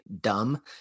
dumb